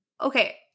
Okay